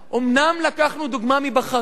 אומנם לקחנו דוגמה מבחריין,